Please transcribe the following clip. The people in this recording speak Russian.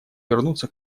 вернуться